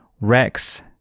Rex